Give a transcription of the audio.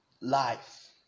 life